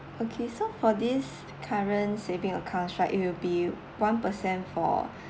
okay so for this current saving accounts right it will be one per cent for